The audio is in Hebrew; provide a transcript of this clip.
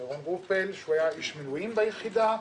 ערן רופל, שהיה איש מילואים ביחידה.